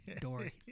dory